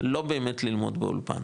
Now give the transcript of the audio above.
לא באמת ללמוד באולפן,